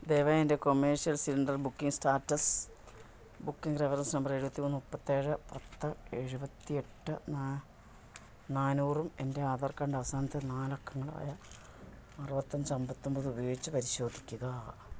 ദയവായി എൻ്റെ commercial cylinder booking status booking reference number എഴുപത്തി മൂന്ന് മുപ്പത്തി ഏഴ് പത്ത് എഴുപത്തി എട്ട് നാനൂറും എൻ്റെ ആധാർ കാർഡിൻ്റെ അവസാനത്തെ നാല് അക്കങ്ങളായ അറുപത്തി അഞ്ച് അമ്പത്തി ഒമ്പത് ഉപയോഗിച്ചു പരിശോധിക്കുക